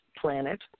planet